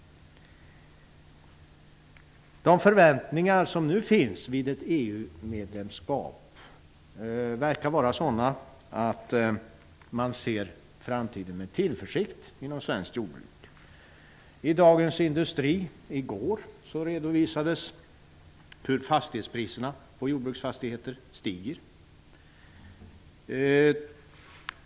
De förväntningar som nu finns kring ett EU medlemskap verkar vara sådana att man inom svenskt jordbruk ser framtiden an med tillförsikt. I Dagens Industri av i går redovisades hur fastighetspriserna på jordbruksfastigheter stiger.